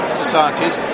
societies